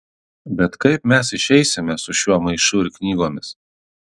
bet kaip mes išeisime su šiuo maišu ir knygomis